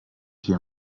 hier